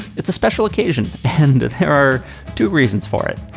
it's a special occasion. and there are two reasons for it.